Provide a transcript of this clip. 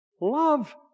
love